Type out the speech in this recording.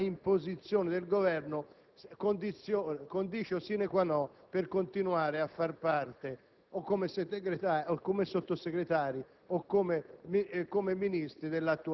liberamente e non perché c'è un'imposizione del Governo, una *condicio sine qua non* per continuare a far parte, da Sottosegretari